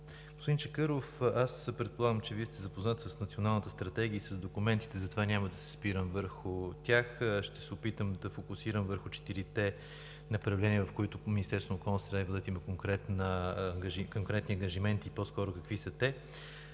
Господин Чакъров, аз предполагам, че Вие сте запознат с Националната стратегия и с документите, затова няма да се спирам върху тях. Ще се опитам да фокусирам отговора върху четирите направления, по които Министерството на околната среда и водите има конкретни ангажименти и по-скоро какви са те,